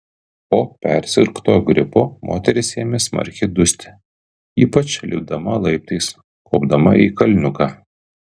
po persirgto gripo moteris ėmė smarkiai dusti ypač lipdama laiptais kopdama į kalniuką